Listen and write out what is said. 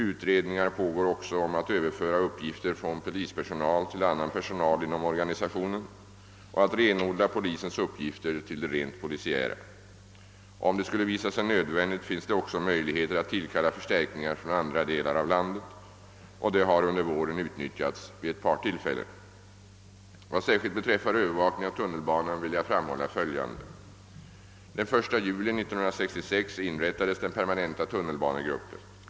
Utredningar pågår också om att överföra uppgifter från polispersonal till annan personal inom organisationen och att renodla polisens upgifter till de rent polisiära. Om det skulle visa sig nödvändigt finns det också möjligheter att tillkalla förstärkningar från andra delar av landet. Detta har under våren utnyttjats vid ett par tillfällen. Vad särskilt beträffar övervakningen av tunnelbanan vill jag framhålla följande. Den 1 juli 1966 inrättades den permanenta tunnelbanegruppen.